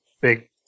big